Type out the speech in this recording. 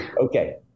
Okay